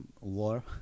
war